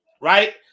right